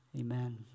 amen